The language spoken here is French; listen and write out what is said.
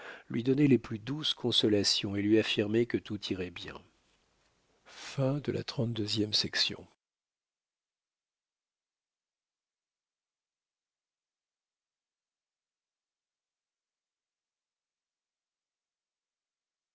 lui donner les plus douces consolations et lui affirmer que tout irait bien